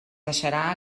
deixarà